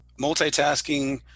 multitasking